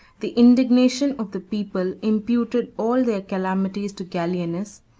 the indignation of the people imputed all their calamities to gallienus,